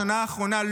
השנה האחרונה,